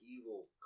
evil